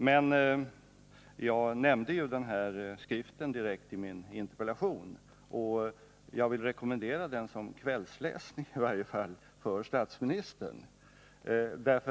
Men jag vill i varje fall som kvällsläsning för statsministern rekommendera den skrift som jag direkt nämnde i min interpellation.